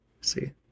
See